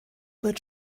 wird